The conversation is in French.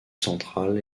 centrale